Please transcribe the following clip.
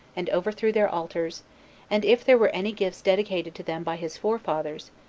and overthrew their altars and if there were any gifts dedicated to them by his forefathers,